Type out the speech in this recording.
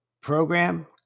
program